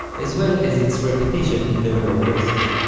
as well as its repetition in the lower voices.